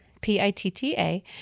P-I-T-T-A